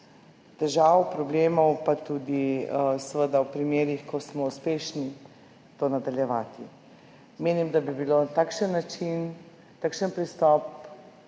težav, problemov, pa seveda tudi v primerih, ko smo uspešni, to nadaljevati. Menim, da bi bilo takšen način, takšen pristop